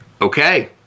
okay